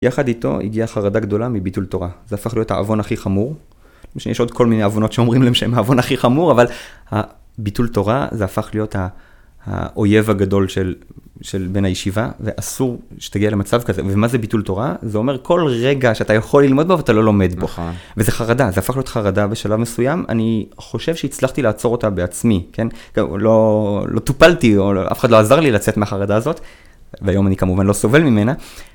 יחד איתו הגיעה חרדה גדולה מביטול תורה, זה הפך להיות העוון הכי חמור. יש עוד כל מיני עוונות שאומרים להם שהם העוון הכי חמור, אבל הביטול תורה זה הפך להיות האויב הגדול של בן הישיבה, ואסור שתגיע למצב כזה. ומה זה ביטול תורה? זה אומר כל רגע שאתה יכול ללמוד בו, אתה לא לומד בו, וזה חרדה, זה הפך להיות חרדה בשלב מסוים. אני חושב שהצלחתי לעצור אותה בעצמי, לא טופלתי או אף אחד לא עזר לי לצאת מהחרדה הזאת, והיום אני כמובן לא סובל ממנה.